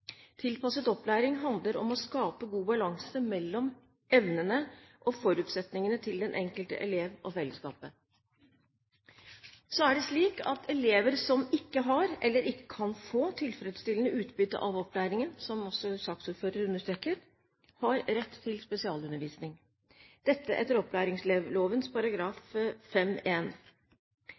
Tilpasset opplæring handler om å skape god balanse mellom evnene og forutsetningene til den enkelte elev og fellesskapet. Så er det slik at elever som ikke har – eller ikke kan få – tilfredsstillende utbytte av opplæringen, som også saksordføreren understreket, har rett til spesialundervisning etter